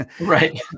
right